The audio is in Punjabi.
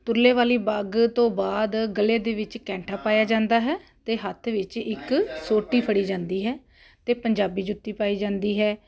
ਤੁਰਲੇ ਵਾਲੀ ਪੱਗ ਤੋਂ ਬਾਅਦ ਗਲੇ ਦੇ ਵਿੱਚ ਕੈਂਠਾ ਪਾਇਆ ਜਾਂਦਾ ਹੈ ਅਤੇ ਹੱਥ ਵਿੱਚ ਇੱਕ ਸੋਟੀ ਫੜੀ ਜਾਂਦੀ ਹੈ ਅਤੇ ਪੰਜਾਬੀ ਜੁੱਤੀ ਪਾਈ ਜਾਂਦੀ ਹੈ